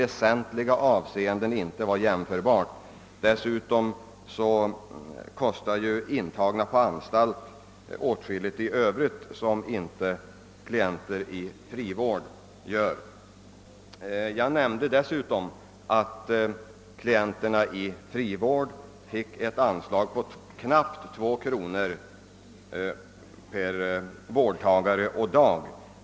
Vidare drar ju vården av intagna på anstalt åtskilliga kostnader som klienter i frivård inte drar. Jag nämnde dessutom att för klienterna i frivård utgår ett anslag på knappt 2 kronor per vårdtagare och dag.